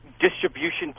distribution